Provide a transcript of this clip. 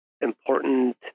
important